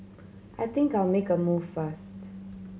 I think I'll make a move first